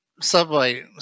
subway